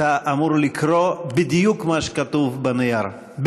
אתה אמור לקרוא בדיוק מה שכתוב בנייר,